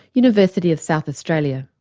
university of south australia.